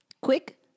Quick